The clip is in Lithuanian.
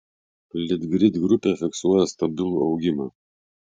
litgrid grupė fiksuoja stabilų augimą